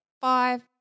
five